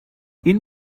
این